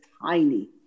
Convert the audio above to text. tiny